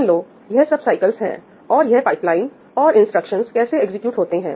मान लो यह सब साइकिलस हैं और यह पाइपलाइन और इंस्ट्रक्शंस कैसे एग्जीक्यूट होते हैं